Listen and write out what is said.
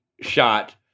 shot